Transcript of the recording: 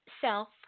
self